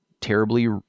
terribly